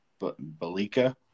Balika